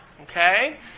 Okay